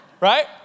Right